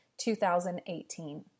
2018